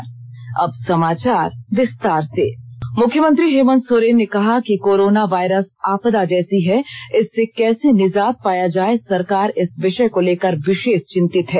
CM corona मुख्यमंत्री हेमन्त सोरेन ने कहा कि कोरोना वायरस आपदा जैसी है इससे कैसे निजात पाया जाए सरकार इस विषय को लेकर विषेष चिंतित है